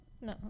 no